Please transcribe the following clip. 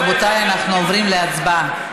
רבותיי, אנחנו עוברים להצבעה.